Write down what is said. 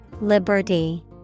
Liberty